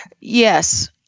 Yes